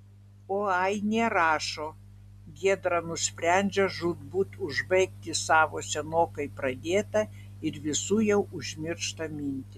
o ainė rašo giedra nusprendžia žūtbūt užbaigti savo senokai pradėtą ir visų jau užmirštą mintį